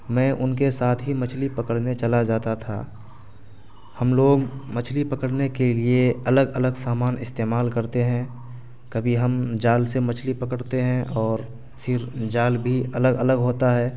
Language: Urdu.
میں ان کے ساتھ ہی مچھلی پکڑنے چلا جاتا تھا ہم لوگ مچھلی پکڑنے کے لیے الگ الگ سامان استعمال کرتے ہیں کبھی ہم جال سے مچھلی پکڑتے ہیں اور پھر جال بھی الگ الگ ہوتا ہے